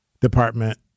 Department